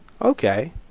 Okay